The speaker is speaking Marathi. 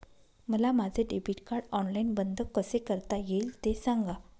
मला माझे डेबिट कार्ड ऑनलाईन बंद कसे करता येईल, ते सांगा